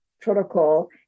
protocol